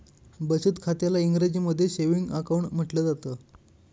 बचत खात्याला इंग्रजीमध्ये सेविंग अकाउंट म्हटलं जातं